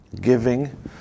Giving